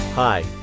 Hi